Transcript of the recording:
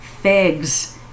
figs